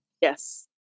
yes